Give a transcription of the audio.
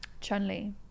Chun-Li